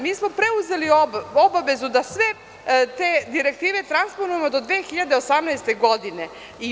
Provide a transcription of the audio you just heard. Mi smo preuzeli obavezu da sve te direktive transponujemo do 2018. godine.